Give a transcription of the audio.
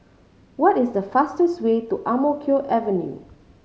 what is the fastest way to Ang Mo Kio Avenue